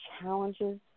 challenges